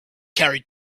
carried